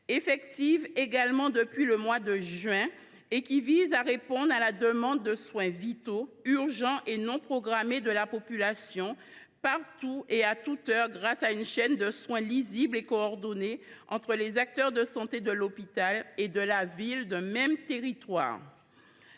effective depuis le mois de juin. Elle vise à répondre à la demande de soins vitaux, urgents et non programmés de la population partout et à toute heure, grâce à une chaîne de soins lisible et coordonnée entre les acteurs de santé de l’hôpital et de la ville d’un même territoire.